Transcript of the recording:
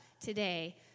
today